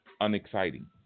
unexciting